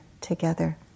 together